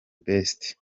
best